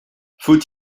faut